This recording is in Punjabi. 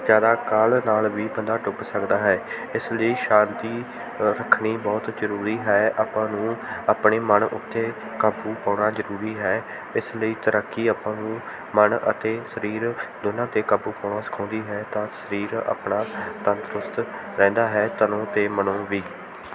ਜ਼ਿਆਦਾ ਕਾਹਲ ਨਾਲ ਵੀ ਬੰਦਾ ਡੁੱਬ ਸਕਦਾ ਹੈ ਇਸ ਲਈ ਸ਼ਾਂਤੀ ਰੱਖਣੀ ਬਹੁਤ ਜ਼ਰੂਰੀ ਹੈ ਆਪਾਂ ਨੂੰ ਆਪਣੇ ਮਨ ਉੱਤੇ ਕਾਬੂ ਪਾਉਣਾ ਜ਼ਰੂਰੀ ਹੈ ਇਸ ਲਈ ਤੈਰਾਕੀ ਆਪਾਂ ਨੂੰ ਮਨ ਅਤੇ ਸਰੀਰ ਦੋਨਾਂ 'ਤੇ ਕਾਬੂ ਪਾਉਣਾ ਸਿਖਾਉਂਦੀ ਹੈ ਤਾਂ ਸਰੀਰ ਆਪਣਾ ਤੰਦਰੁਸਤ ਰਹਿੰਦਾ ਹੈ ਤਨੋਂ ਅਤੇ ਮਨੋਂ ਵੀ